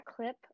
clip